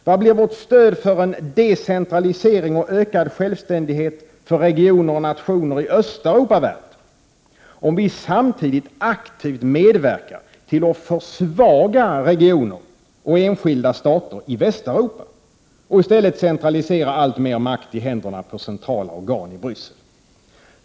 Vad blir vårt stöd för en decentralisering och ökad självständighet för regioner och nationer i Östeuropa värt, om vi samtidigt aktivt medverkar till att försvaga regioner och enskilda stater i Västeuropa och i stället centraliserar alltmer makt i händerna på centrala organ i Bryssel?